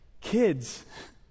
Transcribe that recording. kids